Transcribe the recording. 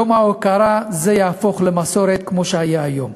יום הוקרה זה יהפוך למסורת, כמו שהיה היום.